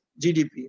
GDP